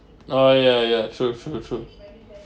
oh ya ya true true true